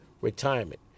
retirement